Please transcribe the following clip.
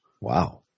Wow